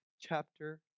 chapter